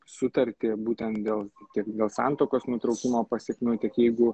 sutartį būtent dėl tiek dėl santuokos nutraukimo pasekmių tiek jeigu